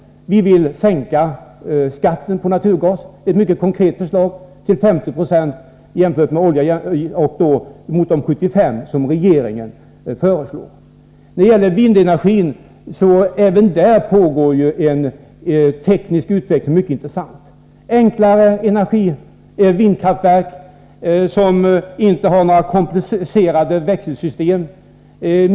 Vi vill sänka skatten på naturgas till 50 96 jämfört med de 75 90 som regeringen föreslår. Detta är ett mycket konkret förslag. Det pågår en mycket intressant teknisk utveckling även på vindenergiområdet. Det handlar om enklare vindkraftverk som inte har några komplicerade växelsystem.